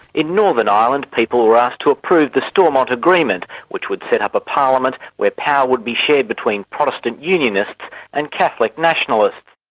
in northern ireland people were asked to approve the stormont agreement which would set up a parliament where power would be shared between protestant unionists and catholic nationalists.